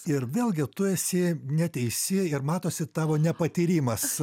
ir vėlgi tu esi neteisi ir matosi tavo nepatyrimas